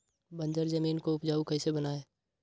बंजर जमीन को उपजाऊ कैसे बनाय?